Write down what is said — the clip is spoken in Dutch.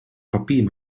papier